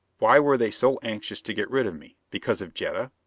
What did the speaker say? why were they so anxious to get rid of me? because of jetta?